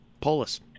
Polis